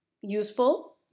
useful